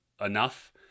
enough